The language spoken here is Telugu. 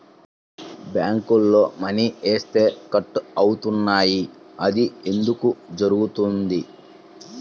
బ్యాంక్లో మని వేస్తే కట్ అవుతున్నాయి అది ఎందుకు జరుగుతోంది?